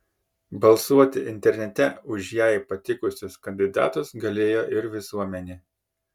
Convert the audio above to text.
balsuoti internete už jai patikusius kandidatus galėjo ir visuomenė